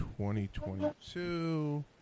2022